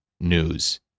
news